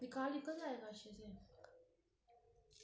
ते